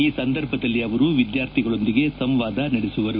ಈ ಸಂದರ್ಭದಲ್ಲಿ ಅವರು ವಿದ್ಯಾರ್ಥಿಗಳೊಂದಿಗೆ ಸಂವಾದ ನಡೆಸಲಿದ್ದಾರೆ